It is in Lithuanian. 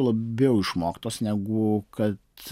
labiau išmoktos negu kad